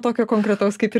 tokio konkretaus kaip ir